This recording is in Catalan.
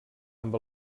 amb